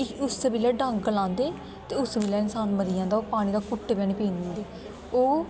उस बल्ले डंग लांदे ते उसले गै इंसान मरी जंदा ओह् पानी दा घुट बी है नी पीन दिंदे ओह्